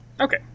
Okay